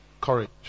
courage